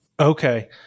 Okay